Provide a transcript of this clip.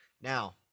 Now